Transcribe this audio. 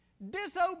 disobey